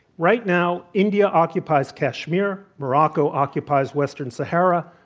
right now, india occupies kashmir, morocco occupies western sahara,